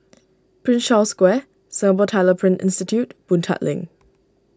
Prince Charles Square Singapore Tyler Print Institute Boon Tat Link